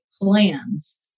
plans